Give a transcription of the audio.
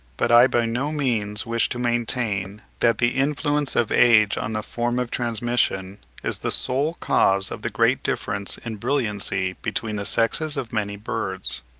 but i by no means wish to maintain that the influence of age on the form of transmission, is the sole cause of the great difference in brilliancy between the sexes of many birds.